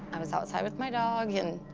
i was outside with my dog, and,